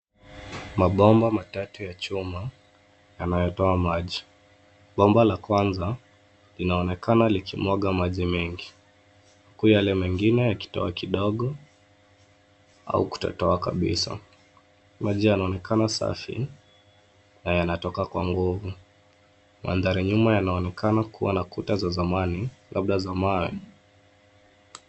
Mabomba matatu ya chuma yanayotoa maji. Bomba la kwanza linaonekana likimwaga maji mengi, huku yale mengine yakitoa kidogo au kutotoa kabisa. Maji yanaonekana safi na yanatoka kwa nguvu. Mandhari nyuma yanaonekana kuwa na kuta za zamani labda za mawe.